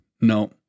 no